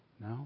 No